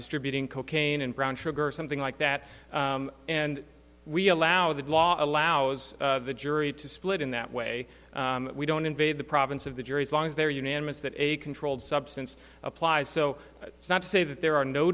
distributing cocaine and brown sugar or something like that and we allow that law allows the jury to split in that way we don't invade the province of the juries long as they're unanimous that a controlled substance applies so it's not to say that there are no